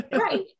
Right